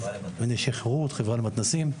ותפקידנו זה בעצם להמתין לתוצאות ולראות מאיפה ממשיכים מהנקודה